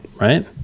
right